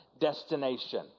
destination